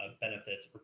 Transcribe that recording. benefits